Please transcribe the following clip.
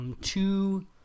two